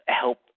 help